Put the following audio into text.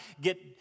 get